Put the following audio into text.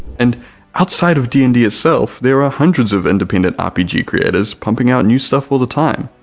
and outside of d and d itself there are hundreds of independent rpg creators pumping out new stuff all the time,